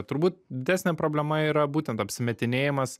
turbūt didesnė problema yra būtent apsimetinėjimas